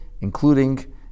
including